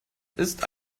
ist